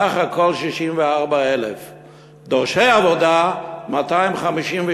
סך הכול 64,000. דורשי עבודה 252,000,